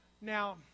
Now